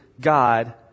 God